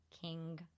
King